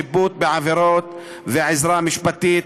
שיפוט בעבירות ועזרה משפטית),